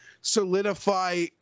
solidify